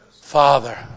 Father